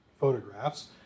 Photographs